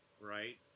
right